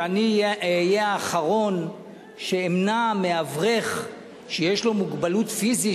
ואני אהיה האחרון שאמנע מאברך שיש לו מוגבלות פיזית,